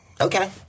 Okay